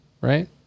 right